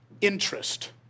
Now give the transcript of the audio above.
interest